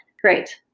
great